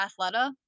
Athleta